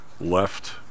left